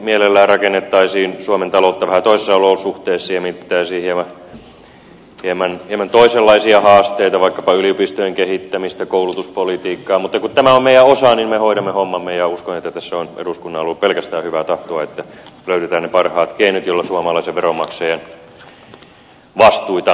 mielellään rakennettaisiin suomen taloutta vähän toisissa olosuhteissa ja mietittäisiin hieman toisenlaisia haasteita vaikkapa yliopistojen kehittämistä koulutuspolitiikkaa mutta kun tämä on meidän osamme niin me hoidamme hommamme ja uskon että tässä on eduskunnalla ollut pelkästään hyvää tahtoa että löydetään ne parhaat keinot joilla suomalaisen veronmaksajan vastuita